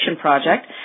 Project